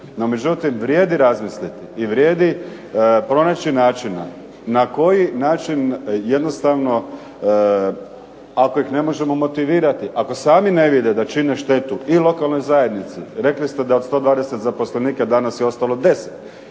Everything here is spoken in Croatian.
međutim, vrijedi razmisliti i vrijedi pronaći načina na koji način jednostavno ako ih ne možemo motivirati ako sami ne vide da čine štetu i lokalnoj zajednici, rekli ste da od 120 zaposlenika danas je ostalo 10,